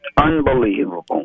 Unbelievable